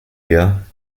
year